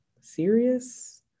serious